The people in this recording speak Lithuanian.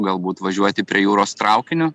galbūt važiuoti prie jūros traukiniu